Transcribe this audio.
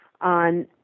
on